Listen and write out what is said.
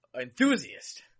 enthusiast